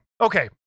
Okay